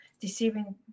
deceiving